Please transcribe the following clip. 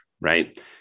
right